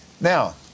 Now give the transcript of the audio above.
Now